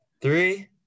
three